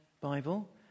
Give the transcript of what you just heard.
Bible